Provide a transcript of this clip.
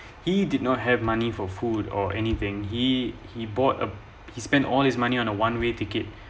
he did not have money for food or anything he he bought he spent all his money on a one way ticket